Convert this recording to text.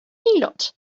heelot